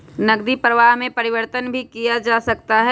नकदी प्रवाह में परिवर्तन भी किया जा सकता है